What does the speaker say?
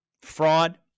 fraud